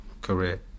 career